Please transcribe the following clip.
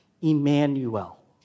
Emmanuel